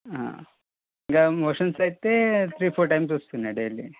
ఇంకా మోషన్స్ అయితే three four times వస్తున్నాయి డైలీ